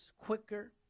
quicker